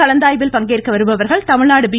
கலந்தாய்வில் பங்கேற்க வருபவர்கள் தமிழ்நாடு பி